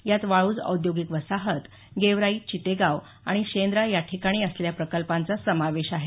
यात वाळूज औद्योगिक वसाहत गेवराई चितेगाव आणि शेंद्रा या ठिकाणी असलेल्या प्रकल्पांचा समावेश आहे